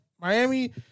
Miami